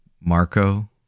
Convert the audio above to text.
Marco